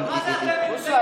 בוסו,